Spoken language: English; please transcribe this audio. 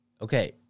Okay